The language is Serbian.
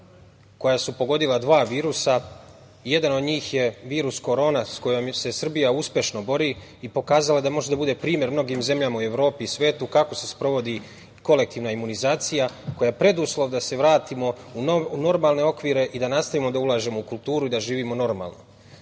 koja su pogodila dva virusa. Jedan od njih je virus korona sa kojom se Srbija uspešno bori i pokazala je da može da bude primer mnogim zemljama u Evropi i svetu kako se sprovodi kolektivna imunizacija koja je preduslov da se vratimo u normalne okvire i da nastavimo da ulažemo u kulturu i da živimo normalno. Drugi